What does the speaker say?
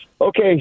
Okay